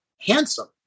handsome